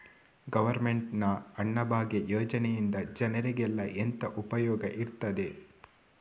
Government ನ ಅನ್ನಭಾಗ್ಯ ಯೋಜನೆಯಿಂದ ಜನರಿಗೆಲ್ಲ ಎಂತ ಉಪಯೋಗ ಇರ್ತದೆ?